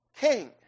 king